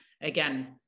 again